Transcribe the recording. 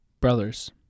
Brothers